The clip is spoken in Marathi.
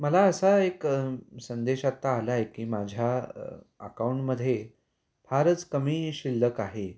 मला असा एक संदेश आत्ता आला आहे की माझ्या अकाऊंटमध्ये फारच कमी शिल्लक आहे